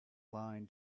line